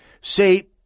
say